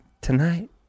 tonight